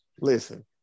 listen